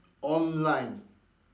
online